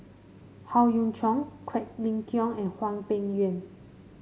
Howe Yoon Chong Quek Ling Kiong and Hwang Peng Yuan